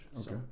Okay